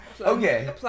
Okay